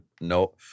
No